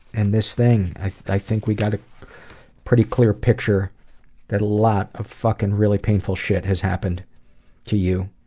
and this thing, i think we got a pretty clear picture that a lot of fuckin' really painful shit has happened to you,